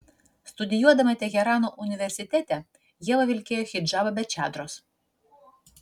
studijuodama teherano universitete ieva vilkėjo hidžabą be čadros